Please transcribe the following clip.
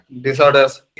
disorders